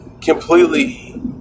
completely